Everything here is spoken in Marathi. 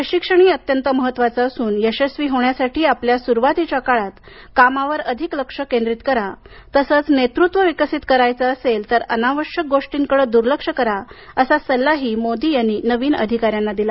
प्रशिक्षण अत्यंत महत्त्वाचे असून यशस्वी होण्यासाठी आपल्या सुरवातीच्या काळात कामावर अधिक लक्ष केंद्रित करा तसंच नेतृत्त्व विकसित करायचे असेल तर अनावश्यक गोष्टींकडे दुर्लक्ष करा असा सल्लाही मोदी यांनी नवीन अधिकाऱ्यांना दिला